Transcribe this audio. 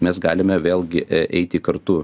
mes galime vėlgi eiti kartu